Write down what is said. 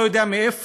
לא יודע מאיפה,